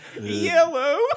Yellow